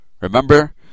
Remember